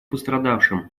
пострадавшим